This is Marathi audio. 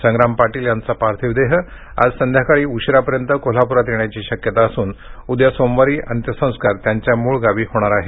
संग्राम पाटील यांचा पार्थिव देह आज संध्याकाळी उशिरापर्यंत कोल्हापुरात येण्याची शक्यता असून उद्या सोमवारी अंत्यसंस्कार त्यांच्या मूळ गावी होणार आहेत